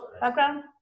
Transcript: background